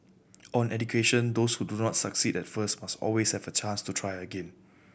on education those who do not succeed at first must always have chance to try again